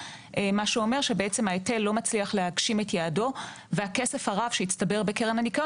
מה שאומר שההיטל לא מצליח להגשים את יעדו והכסף הרב שהצטבר בקרן הניקיון